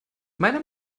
meiner